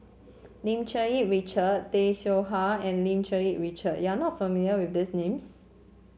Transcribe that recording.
Lim Cherng Yih Richard Tay Seow Huah and Lim Cherng Yih Richard you are not familiar with these names